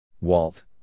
Walt